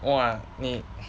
!wah! 你